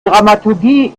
dramaturgie